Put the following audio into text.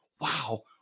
wow